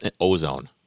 ozone